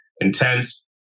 intense